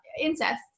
incest